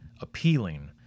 appealing